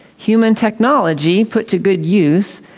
human technology put to good use,